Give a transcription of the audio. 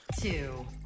Two